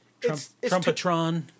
Trumpetron